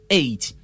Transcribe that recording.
eight